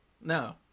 No